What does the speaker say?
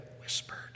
whispered